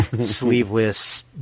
sleeveless